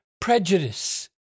prejudice